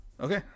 Okay